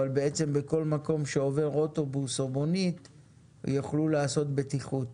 בעצם בכל מקום שעובר אוטובוס או מונית יוכלו לעשות בטיחות.